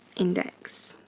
index.